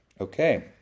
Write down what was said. Okay